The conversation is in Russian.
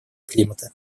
климата